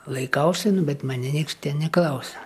laikausi bet mane nieks neklausia